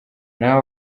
naho